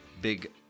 big